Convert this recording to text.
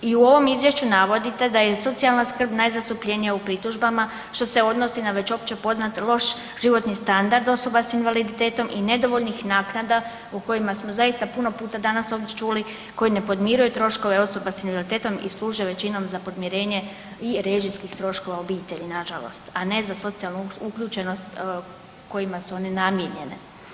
I u ovom izvješću navodite da je socijalna skrb najzastupljenija u pritužbama što se odnosi na već opće poznat loš životni standard osobe s invaliditetom i nedovoljnih naknada o kojima smo zaista puno puta danas ovdje čuli koji ne podmiruju troškove osobe s invaliditetom i služe većinom za podmirenje režijskih troškova obitelji nažalost, a ne za socijalnu uključenost kojima su one namijenjene.